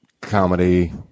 comedy